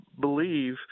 believe